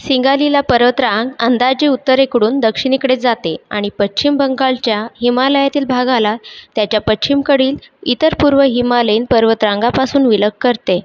सिंगालीला पर्वतरांग अंदाजे उत्तरेकडून दक्षिणेकडे जाते आणि पश्चिम बंगालच्या हिमालयातील भागाला त्याच्या पश्चिमेकडील इतर पूर्व हिमालयीन पर्वतरांगांपासून विलग करते